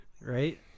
Right